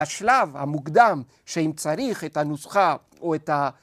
‫השלב המוקדם שאם צריך ‫את הנוסחה או את ה...